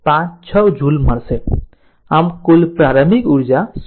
આમ પ્રારંભિક ઉર્જા 0